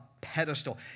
pedestal